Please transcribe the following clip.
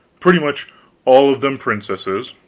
pretty much all of them princesses